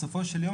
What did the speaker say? בסופו של דבר,